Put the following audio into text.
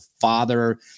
father